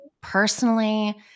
personally